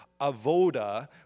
avoda